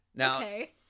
okay